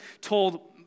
told